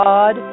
God